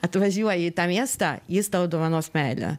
atvažiuoji į tą miestą jis tau dovanos meilę